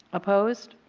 opposed.